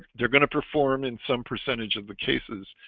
they're going to perform in some percentage of the cases,